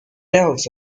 else